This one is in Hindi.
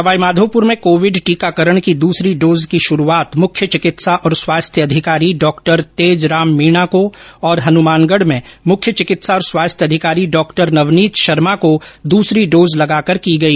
सवाईमाधोपुर में कोविड टीकाकरण की दूसरी डोज की शुरूआत मुख्य चिकित्सा और स्वास्थ्य अधिकारी डॉक्टर तेजराम मीणा को और हनुमानगढ में मुख्य चिकित्सा और स्वास्थ्य अधिकारी डॉक्टर नवनीत शर्मा को दूसरी डोज लगाकर शुरूआत की गई